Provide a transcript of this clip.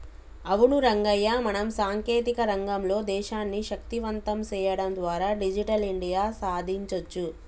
అవును రంగయ్య మనం సాంకేతిక రంగంలో దేశాన్ని శక్తివంతం సేయడం ద్వారా డిజిటల్ ఇండియా సాదించొచ్చు